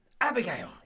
Abigail